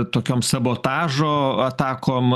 tokiom sabotažo atakom